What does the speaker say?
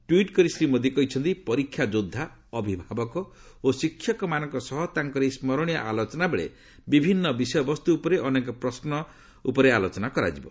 tweet କରି ଶ୍ରୀ ମୋଦୀ କହିଛନ୍ତି ପରୀକ୍ଷା ଯୋଦ୍ଧା ଅଭିଭାବକ ଓ ଶିକ୍ଷକମାନଙ୍କ ସହ ତାଙ୍କର ଏହି ସ୍ୱରଣୀୟ ଆଲୋଚନାବେଳେ ବିଭିନ୍ନ ବିଷୟବସ୍ତୁ ଉପରେ ଅନେକ ପ୍ରଶ୍ୱ ଉପରେ କରାଯିବ